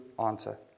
answer